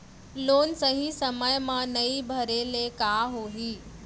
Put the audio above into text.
Loan सही समय मा नई भरे ले का होही?